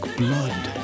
blood